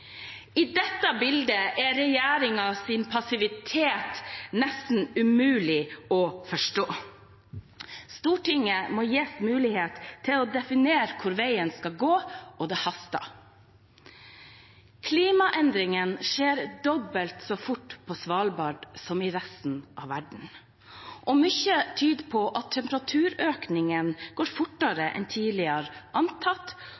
I dette bildet er regjeringens passivitet nesten umulig å forstå. Stortinget må gis mulighet til å definere hvor veien skal gå, og det haster. Klimaendringene skjer dobbelt så fort på Svalbard som i resten av verden. Mye tyder på at temperaturøkningen går fortere enn tidligere antatt,